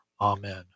Amen